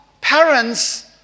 parents